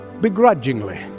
begrudgingly